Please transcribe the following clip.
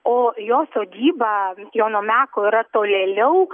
o jo sodyba jono meko yra tolėliau